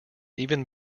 even